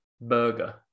burger